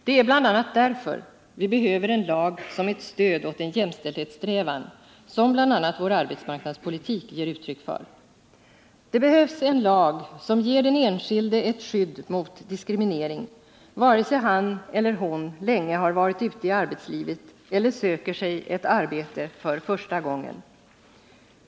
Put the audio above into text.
Det är bl.a. därför vi behöver en lag som ett stöd åt den jämställdhetssträvan som bl.a. vår arbetsmarknadspolitik ger uttryck för. Det behövs en lag som ger den enskilde ett skydd mot diskriminering, vare sig han eller hon länge har varit ute i arbetslivet eller söker sig eu arbete för första gången.